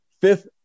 fifth